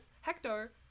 Hector